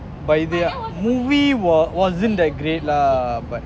but their movie was wasn't that great lah but